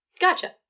Gotcha